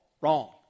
wrong